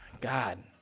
God